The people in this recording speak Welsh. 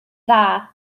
dda